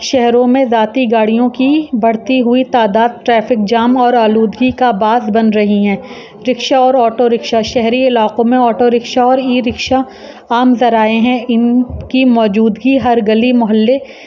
شہروں میں ذاتی گاڑیوں کی بڑھتی ہوئی تعداد ٹریفک جام اور آلودگی کا باعث بن رہی ہیں رکشا اور آٹو رکشا شہری علاقوں میں آٹو رکشا اور ای رکشا عام ذرائع ہیں ان کی موجودگی ہر گلی محلے